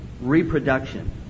Reproduction